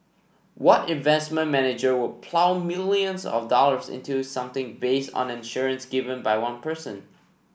what investment manager would plough millions of dollars into something based on an assurance given by one person